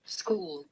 school